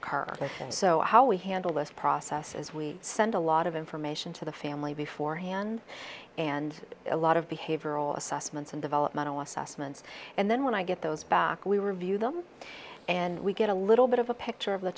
but so how we handle this process is we send a lot of information to the family before hand and a lot of behavioral assessments and developmental assessments and then when i get those back we were view them and we get a little bit of a picture of the